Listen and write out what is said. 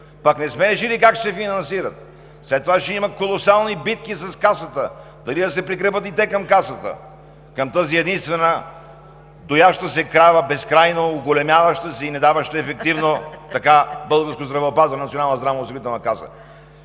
– решили как ще се финансират, след това ще има колосални битки с Касата дали да се прикрепят и те към нея, към тази единствена дояща се крава, безкрайно уголемяваща се и недаваща ефективно българско здравеопазване –